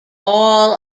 all